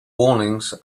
warnings